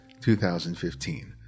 2015